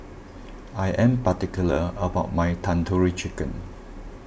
I am particular about my Tandoori Chicken